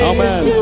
Amen